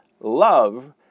Love